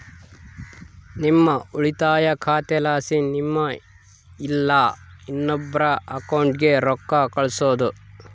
ನಿಮ್ಮ ಉಳಿತಾಯ ಖಾತೆಲಾಸಿ ನಿಮ್ಮ ಇಲ್ಲಾ ಇನ್ನೊಬ್ರ ಅಕೌಂಟ್ಗೆ ರೊಕ್ಕ ಕಳ್ಸೋದು